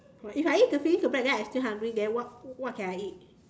if I eat finish the bread then I still hungry then what what can I eat